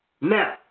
Now